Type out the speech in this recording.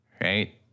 right